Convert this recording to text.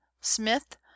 Smith